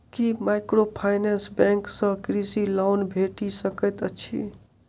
की microfinance bank सँ कृषि loan भेटि सकैत अछि?